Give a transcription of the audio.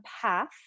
path